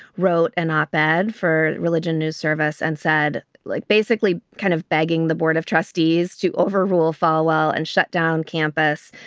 wrote an op ed for religion news service and said, like, basically kind of begging the board of trustees to overrule falwell and shut down campus.